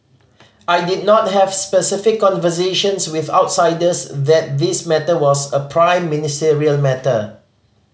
I did not have specific conversations with outsiders that this matter was a prime ministerial matter